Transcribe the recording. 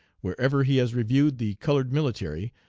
wherever he has reviewed the colored military,